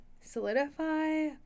solidify